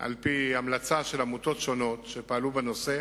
על-פי המלצת עמותות שונות שפעלו בנושא,